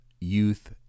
Youth